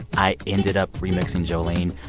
i ended up remixing jolene,